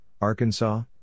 Arkansas